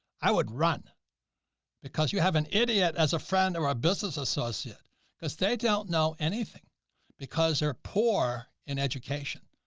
i would run because you have an idiot as a friend or a business associate because they don't know anything because they're poor in education.